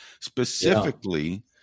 specifically